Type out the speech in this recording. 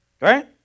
Right